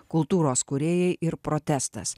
kultūros kūrėjai ir protestas